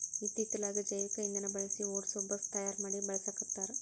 ಇತ್ತಿತ್ತಲಾಗ ಜೈವಿಕ ಇಂದನಾ ಬಳಸಿ ಓಡಸು ಬಸ್ ತಯಾರ ಮಡಿ ಬಳಸಾಕತ್ತಾರ